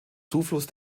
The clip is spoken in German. zufluss